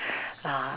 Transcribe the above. uh